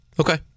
Okay